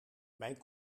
mijn